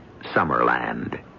Summerland